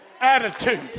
attitude